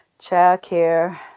childcare